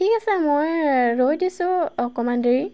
ঠিক আছে মই ৰৈ দিছোঁ অকণমান দেৰি